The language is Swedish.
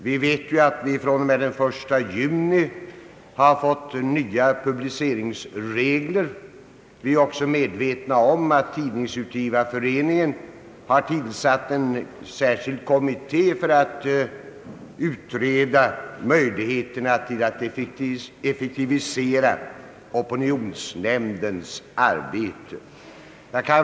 Vi vet ju att vi från och med den 1 juli har fått nya publiceringsregler. Vi är också medvetna om att Tidningsutgivareföreningen har tillsatt en särskild kommitté för att utreda möjligheterna att effektivisera opinionsnämndens arbete.